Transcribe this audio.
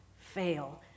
fail